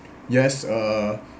yes uh